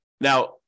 Now